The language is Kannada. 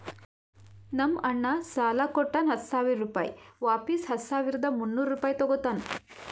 ನಮ್ ಅಣ್ಣಾ ಸಾಲಾ ಕೊಟ್ಟಾನ ಹತ್ತ ಸಾವಿರ ರುಪಾಯಿ ವಾಪಿಸ್ ಹತ್ತ ಸಾವಿರದ ಮುನ್ನೂರ್ ರುಪಾಯಿ ತಗೋತ್ತಾನ್